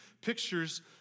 pictures